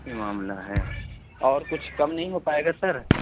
یہ معاملہ ہے اور کچھ کم نہیں ہو پائے گا سر